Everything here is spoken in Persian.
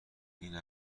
این